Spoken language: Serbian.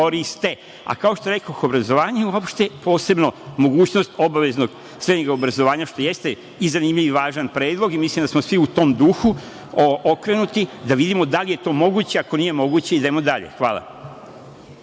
što rekoh obrazovanje je opšte, posebno, mogućnost obaveznog srednjeg obrazovanja, što jeste i zanimljiv i važan predlog, i mislim da smo svi u tom duhu okrenuti da vidimo da li je to moguće, ako nije moguće idemo dalje. Hvala.